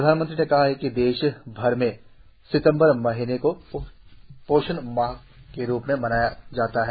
प्रधानमंत्री ने कहा कि देशभर में सितंबर महीने को पोषण माह के रूप में मनाया जाएगा